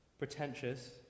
Pretentious